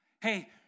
Hey